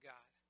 God